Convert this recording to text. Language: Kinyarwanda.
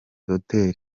hotel